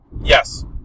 Yes